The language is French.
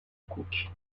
cook